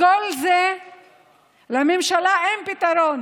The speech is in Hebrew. לכל זה לממשלה אין פתרון,